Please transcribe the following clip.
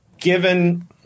given